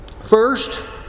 first